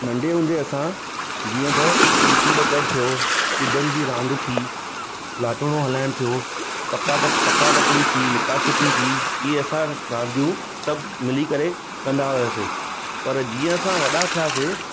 नंढे हूंदे असां जीअं त ॾीटी ॾकरु थियो चिदनि जी रांदि थी लाटणो हलाइणु थियो पका पकड़ा पकड़ी थी लिका छिपी थी इहे असां रांदियूं सभु मिली करे कंदा हुआसीं पर जीअं असां वॾा थियासीं